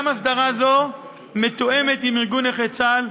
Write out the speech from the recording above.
גם הסדרה זו מתואמת עם ארגון נכי צה"ל,